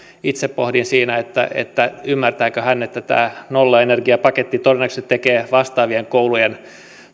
itse pohdin siinä ymmärtääkö hän että tämä nollaenergiapaketti todennäköisesti tekee vastaavien koulujen